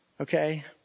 Okay